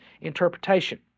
interpretation